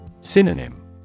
Synonym